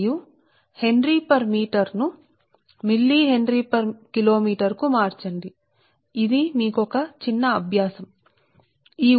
కాబట్టి దీన్ని కిలోమీటరు కు మిల్లీ హెన్రీ పర్ కిలోమీటరు కు గా మార్చండి ఇది మీరు చేయటానికి ఇది మీకొక చిన్న అభ్యాసం సరే